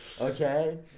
okay